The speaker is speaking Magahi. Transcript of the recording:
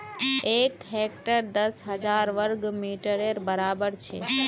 एक हेक्टर दस हजार वर्ग मिटरेर बड़ाबर छे